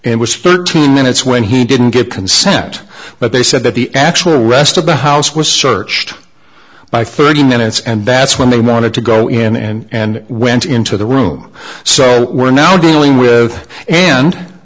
it was thirteen minutes when he didn't get consent but they said that the actual rest of the house was searched by thirty minutes and that's when they wanted to go in and went into the room so we're now dealing with and